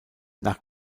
nach